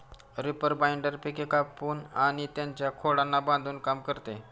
reaper binder पिके कापून आणि त्यांच्या खोडांना बांधून काम करते